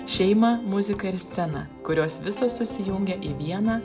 šeimą muziką ir sceną kurios visos susijungia į vieną